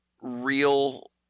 real